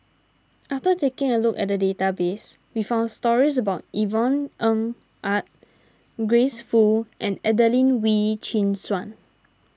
after taking a look at database we found stories about Yvonne Ng Uhde Grace Fu and Adelene Wee Chin Suan